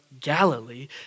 Galilee